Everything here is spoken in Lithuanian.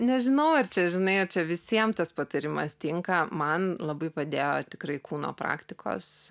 nežinau ar čia žinai ar čia visiem tas patarimas tinka man labai padėjo tikrai kūno praktikos